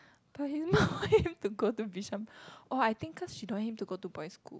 but his mum want him to go Bishan oh I think cause she don't want him to go to boys school